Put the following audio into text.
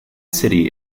city